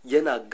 Yena